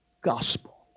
gospel